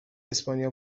اسپانیا